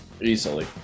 Easily